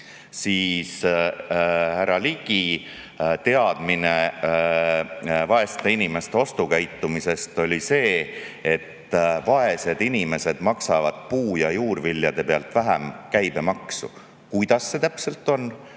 Härra Ligi teadmine vaeste inimeste ostukäitumisest oli selline, et vaesed inimesed maksavad puu- ja juurviljade pealt vähem käibemaksu. Kuidas see täpselt on,